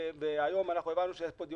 והיום אנחנו הבנו שיש פה דיון